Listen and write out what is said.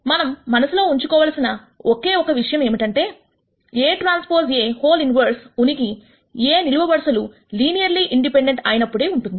మనం మనసులో ఉంచుకోవలసిన ఒకే ఒక్క విషయం ఏమిటంటే Aᵀ A 1 ఉనికి A నిలువ వరుసలు లీనియర్లీ ఇండిపెండెంట్ అయినప్పుడే ఉంటుంది